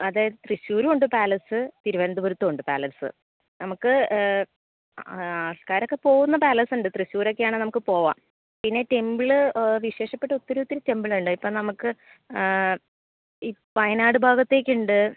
അതെ തൃശ്ശൂരും ഉണ്ട് പാലസ് തിരുവന്തപുരത്തും ഉണ്ട് പാലസ് നമുക്ക് ആൾക്കാരൊക്കെ പോകുന്ന പാലസ് ഉണ്ട് തൃശ്ശോരൊക്കെയാണെങ്കിൽ നമുക്ക് പോകാം പിന്നെ ടെമ്പിൾ വിശേഷപ്പെട്ട ഒത്തിരി ഒത്തിരി ടെമ്പിൾ ഉണ്ട് ഇപ്പം നമുക്ക് ഈ വയനാട് ഭാഗത്തേക്ക് ഉണ്ട്